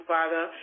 Father